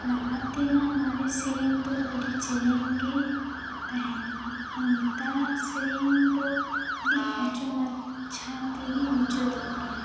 ᱞᱟᱦᱟ ᱛᱮᱱᱟᱜ ᱢᱟᱨᱮ ᱥᱮᱨᱮᱧ ᱫᱚ ᱟᱹᱰᱤ ᱡᱮᱞᱮᱧ ᱜᱮ ᱛᱟᱦᱮᱸ ᱠᱟᱱᱟ ᱟᱨ ᱱᱮᱛᱟᱨᱟᱜ ᱥᱮᱨᱮᱧ ᱫᱚ ᱟᱹᱰᱤ ᱠᱷᱟᱴᱚ ᱢᱟᱪᱷᱟ ᱛᱮᱜᱮ ᱢᱩᱪᱟᱹᱫᱚᱜ ᱜᱮᱭᱟ